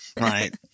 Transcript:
right